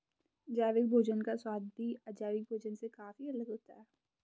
जैविक भोजन का स्वाद भी अजैविक भोजन से काफी अलग होता है